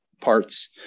parts